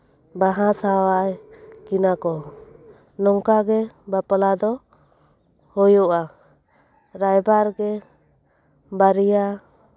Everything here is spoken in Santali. ᱵᱟᱦᱟ ᱥᱟᱶᱟᱭ ᱠᱤᱱᱟ ᱠᱚ ᱱᱚᱝᱠᱟᱜᱮ ᱵᱟᱯᱞᱟ ᱫᱚ ᱦᱩᱭᱩᱜᱼᱟ ᱨᱟᱭᱵᱟᱨᱜᱮ ᱵᱟᱨᱭᱟ